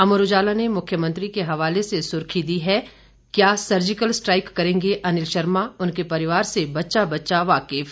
अमर उजाला ने मुख्यमंत्री के हवाले से सुर्खी दी है क्या सर्जिकल स्ट्राइक करेंगे अनिल शर्मा उनके परिवार से बच्चा बच्चा वाकिफ